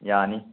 ꯌꯥꯅꯤ